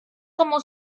como